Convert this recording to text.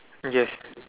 yes